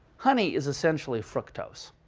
honey is essentially fructose.